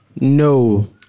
No